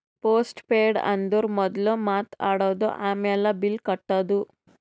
post paid ಅಂದುರ್ ಮೊದುಲ್ ಮಾತ್ ಆಡದು, ಆಮ್ಯಾಲ್ ಬಿಲ್ ಕಟ್ಟದು